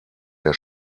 der